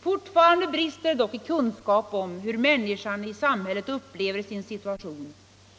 Fortfarande brister det dock i kunskap om hur människan i samhället upplever sin situation